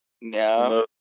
No